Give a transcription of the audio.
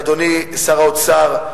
אדוני שר האוצר,